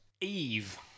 Eve